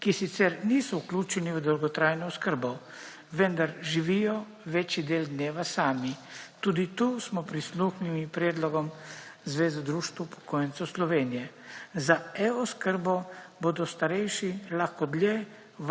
ki sicer niso vključeni v dolgotrajno oskrbo, vendar živijo večji del dneva sami. Tudi tukaj smo prisluhnili predlogom zveze društev upokojencev Slovenije za e-oskrbo bodo starejši lahko dlje,